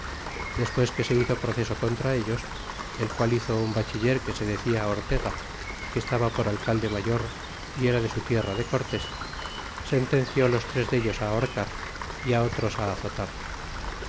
despues que se hizo proceso contra ellos el cual hizo un bachiller que se decia ortega que estaba por alcalde mayor y era de su tierra de cortés sentenció los tres dellos á ahorcar y otros á azotar